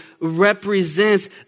represents